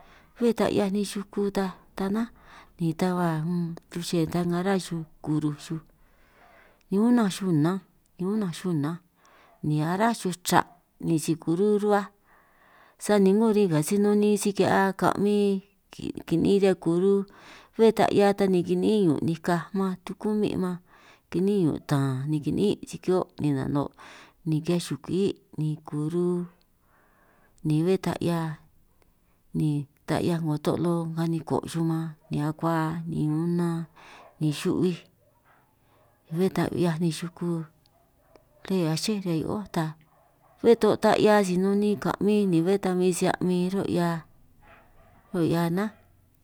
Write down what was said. Bé ta 'hiaj nej xuku ta ta nnánj ni ta ba unn xuche ta nga ruhua xuj kuruj xuj, ni unanj xuj nnanj ni unanj xuj nnanj ni ará xuj chra' ni si kurú ruhuaj, sani 'ngo rin nga si nun niin' kihia ka'min kiniin ñan kuru, bé ta 'hia ta ni kiniín' ñun' nikaj man tukumin' man kiniin' ñun' tan ni kiniin' si kihio', ni nano' ni kihiaj xukwí' ni kuru ni bé ta 'hia ni ta 'hiaj 'ngo to'lo, aniko' xuj man ni akua ni unan ni xu'huij bé ta 'hiaj nej xuku, bé aché riñan hioo ta bé to' ta 'hia si nun niin ka'min ni bé ta si a'min ro'hia ro'hia nánj.